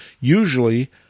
Usually